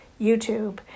YouTube